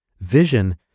vision